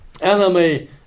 enemy